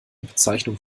bezeichnung